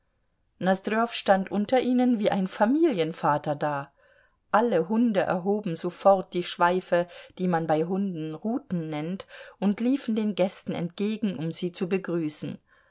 nosdrjow stand unter ihnen wie ein familienvater da alle hunde erhoben sofort die schweife die man bei hunden ruten nennt und liefen den gästen entgegen um sie zu begrüßen